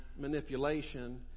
manipulation